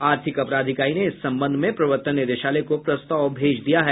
आर्थिक अपराध इकाई ने इस संबंध में प्रवर्तन निदेशालय को प्रस्ताव भेज दिया है